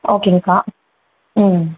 ஓகேங்க்கா ம்